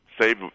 save